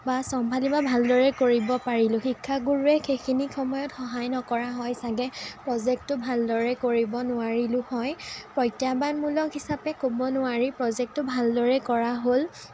বা চম্ভালি বা ভালদৰে কৰিব পাৰিলোঁ শিক্ষাগুৰুয়ে সেইখিনি সময়ত সহায় নকৰা হয় চাগৈ প্ৰজেক্টটো ভালদৰে কৰিব নোৱাৰিলোঁ হয় প্ৰত্যাহ্বানমূলক হিচাপে ক'ব নোৱাৰি প্ৰজেক্টটো ভালদৰে কৰা হ'ল